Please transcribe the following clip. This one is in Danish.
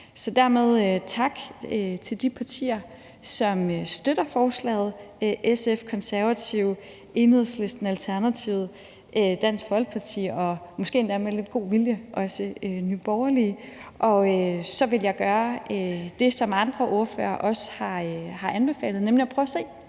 jeg sige tak til de partier, som støtter forslaget: SF, Konservative, Enhedslisten, Alternativet, Dansk Folkeparti og måske endda med lidt god vilje også Nye Borgerlige. Og så vil jeg gøre det, som andre ordførere også har anbefalet, nemlig prøve at se,